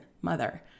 mother